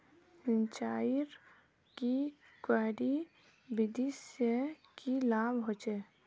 सिंचाईर की क्यारी विधि से की लाभ होचे?